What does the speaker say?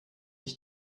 ich